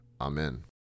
Amen